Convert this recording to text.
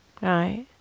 right